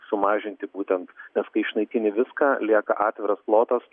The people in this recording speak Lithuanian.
sumažinti būtent nes kai išnaikini viską lieka atviras plotas